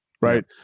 right